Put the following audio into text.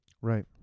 Right